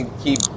keep